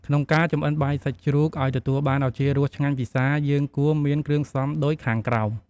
ក្នុងការចម្អិនបាយសាច់ជ្រូក ឱ្យទទួលបានឱជារសឆ្ងាញ់ពិសា យើងគួរមានគ្រឿងផ្សំដូចខាងក្រោម។